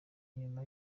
nyuma